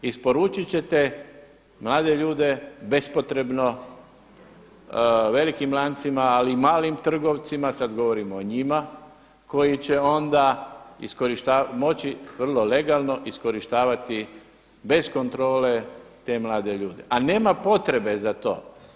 Isporučit ćete mlade ljude bespotrebno velikim lancima, ali i malim trgovcima, sada govorimo o njima koji će onda moći vrlo legalno iskorištavati bez kontrole te mlade ljude, a nema potrebe za to.